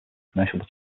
commercial